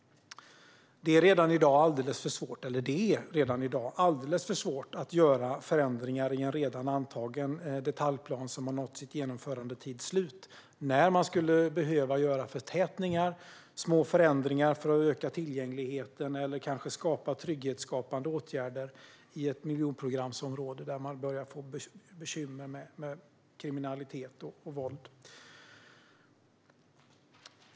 Det är redan i dag alldeles för svårt att göra förändringar i en redan antagen detaljplan som har nått genomförandetidens slut när man skulle behöva göra förtätningar, små förändringar, för att öka tillgängligheten eller kanske skapa trygghetsskapande åtgärder i ett miljonprogramsområde där man börjar få bekymmer med kriminalitet och våld.